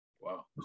wow